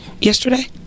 yesterday